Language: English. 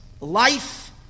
life